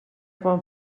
quan